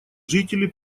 жители